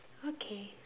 okay